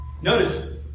Notice